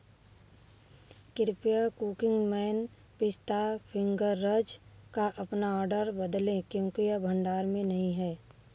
कृपया cooking man pista fingers का अपना ऑर्डर बदलें क्योंकि यह भंडार में नहीं है